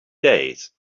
days